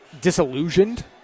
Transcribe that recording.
disillusioned